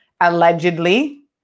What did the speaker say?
allegedly